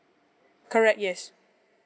correct yes